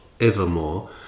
evermore